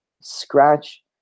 scratch